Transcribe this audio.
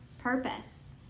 purpose